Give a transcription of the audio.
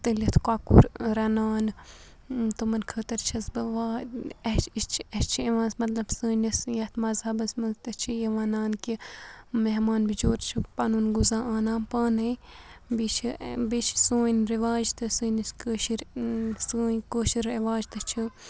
تٔلِتھ کۄکُر رَنان تمَن خٲطرٕ چھَس بہٕ واے اَسہِ چھِ أسۍ چھِ اَسہِ چھِ یِوان مطلب سٲنِس یَتھ مذہبَس منٛز تَتھ چھِ یہِ وَنان کہِ مہمان بِچور چھِ پَنُن غذا اَنان پانَے بیٚیہِ چھِ بیٚیہِ چھِ سٲنۍ رِواج تہِ سٲنِس کٲشِر سٲنۍ کٲشُر رواج تہِ چھُ